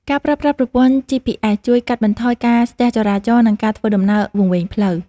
ការប្រើប្រាស់ប្រព័ន្ធ GPS ជួយកាត់បន្ថយការស្ទះចរាចរណ៍ និងការធ្វើដំណើរវង្វេងផ្លូវ។